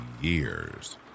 years